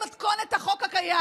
ממרום ניסיונך הלא-קיים,